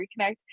reconnect